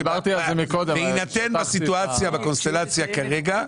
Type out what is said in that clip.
בהינתן בסיטואציה ובקונסטלציה כרגע,